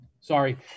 Sorry